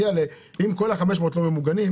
שיש תקציב לאנשים עם מוגבלויות.